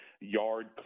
yard